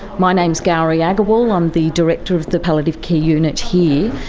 my name is ghauri yeah aggarwal, i'm the director of the palliative care unit here.